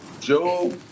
Joe